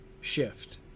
shift